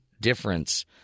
difference